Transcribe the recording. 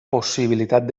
possibilitat